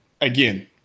again